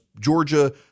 Georgia